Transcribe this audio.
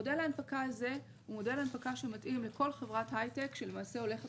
מודל ההנפקה הזה הוא מודל הנפקה שמתאים לכל חברת הייטק שלמעשה הולכת